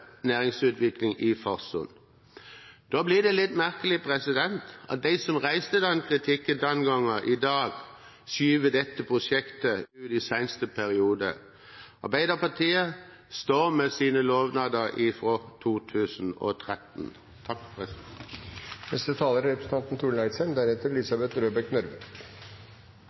næringsutvikling i Farsund. Da blir det litt merkelig at de som reiste den kritikken den gangen, i dag skyver dette prosjektet ut til siste periode. Arbeiderpartiet står ved sine lovnader fra 2013. For Nordhordland og nordre del av Bergen er